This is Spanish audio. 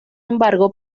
embargo